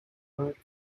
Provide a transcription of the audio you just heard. earth